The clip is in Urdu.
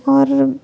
اور